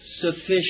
sufficient